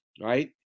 right